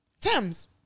Thames